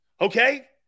okay